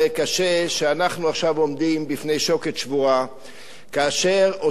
כשאנחנו עכשיו עומדים עכשיו בפני שוקת שבורה ואותו בור,